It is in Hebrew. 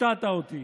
הפתעת אותי.